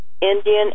Indian